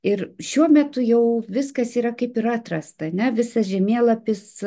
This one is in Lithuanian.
ir šiuo metu jau viskas yra kaip ir atrasta ane visas žemėlapis